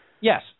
Yes